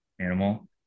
animal